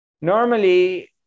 Normally